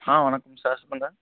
ஆ வணக்கம் சார் சொல்லுங்க